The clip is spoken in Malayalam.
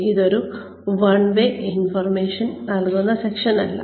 ഇതൊരു വൺ വേ ഇൻഫർമേഷൻ നൽകുന്ന സെഷനല്ല